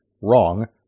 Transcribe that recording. wrong